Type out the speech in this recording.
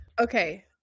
Okay